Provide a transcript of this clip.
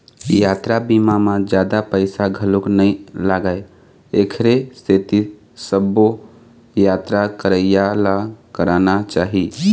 यातरा बीमा म जादा पइसा घलोक नइ लागय एखरे सेती सबो यातरा करइया ल कराना चाही